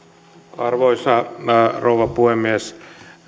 arvoisa rouva puhemies